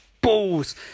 balls